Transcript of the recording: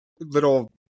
little